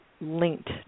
linked